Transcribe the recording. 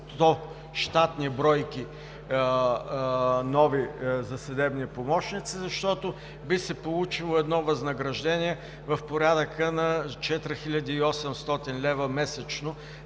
100 нови щатни бройки за съдебни помощници, защото би се получило едно възнаграждение от порядъка на 4800 лв. месечно